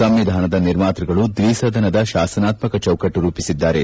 ಸಂವಿಧಾನದ ನಿರ್ಮಾತೃಗಳು ದ್ವಿಸದನದ ಶಾಸನಾತ್ಮಕ ಚೌಕಟ್ಟು ರೂಪಿಸಿದ್ದಾರೆ